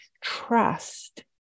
trust